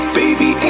baby